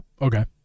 Okay